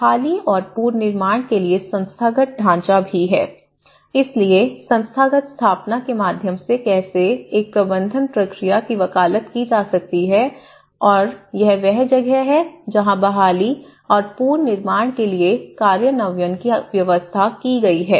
बहाली और पुनर्निर्माण के लिए संस्थागत ढांचा भी है इसलिए संस्थागत स्थापना के माध्यम से कैसे एक प्रबंधन प्रक्रिया की वकालत की जा सकती है और यह वह जगह है जहां बहाली और पुनर्निर्माण के लिए कार्यान्वयन की व्यवस्था की गई है